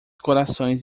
corações